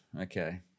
Okay